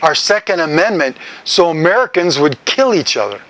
our second amendment so merican would kill each other